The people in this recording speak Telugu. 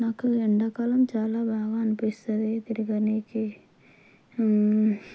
నాకు ఎండాకాలం చాలా బాగా అనిపిస్తుంది తిరగటానికి